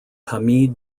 hamid